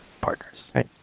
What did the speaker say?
partners